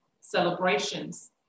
celebrations